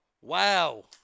Wow